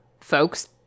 folks